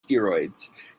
steroids